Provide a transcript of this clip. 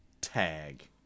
Tag